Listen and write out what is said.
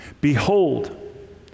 Behold